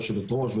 היושבת-ראש,